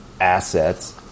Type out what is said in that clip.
assets